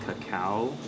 cacao